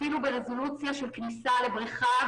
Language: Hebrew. אפילו ברזולוציה של כניסה לבריכה,